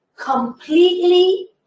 completely